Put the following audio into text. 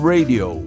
Radio